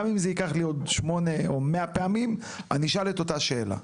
גם אם זה ייקח לי עוד שמונה או 100 פעמים אני אשאל את אותה שאלה.